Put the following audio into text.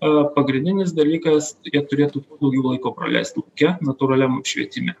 a pagrindinis dalykas jie turėtų daugiau laiko praleisti lauke natūraliam apšvietime